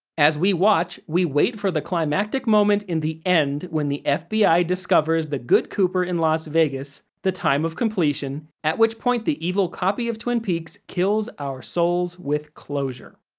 as we watch, we wait for the climactic moment in the end when the fbi discovers the good cooper in las vegas, the time of completion, at which point the evil copy of twin peaks kills our souls with closure.